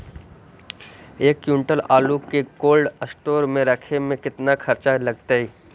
एक क्विंटल आलू के कोल्ड अस्टोर मे रखे मे केतना खरचा लगतइ?